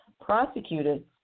prosecuted